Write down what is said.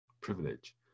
privilege